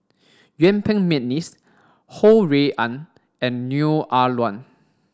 Yuen Peng McNeice Ho Rui An and Neo Ah Luan